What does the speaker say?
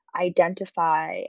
identify